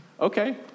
okay